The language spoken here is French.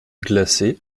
glacée